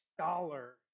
scholar